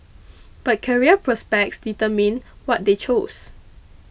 but career prospects determined what they chose